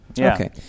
Okay